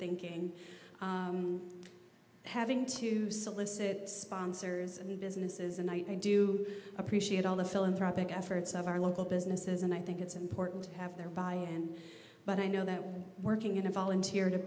thinking having to solicit sponsors and businesses and i do appreciate all the philanthropic efforts of our local businesses and i think it's important to have there by and but i know that working in a volunteer to